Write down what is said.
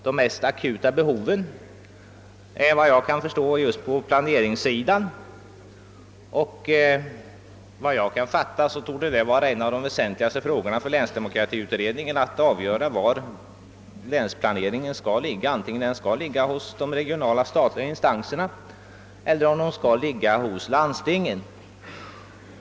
De mest akuta behoven föreligger enligt vad jag kan förstå på planeringssidan, och det torde vara en av de väsentligaste frågorna för länsdemokratiutredningen att avgöra var länsplaneringen skall ligga: hos de statliga regionala instanserna eller hos landstingen.